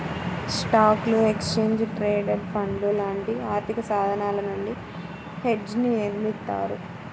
స్టాక్లు, exchange traded ఫండ్లు లాంటి ఆర్థికసాధనాల నుండి హెడ్జ్ని నిర్మిత్తారు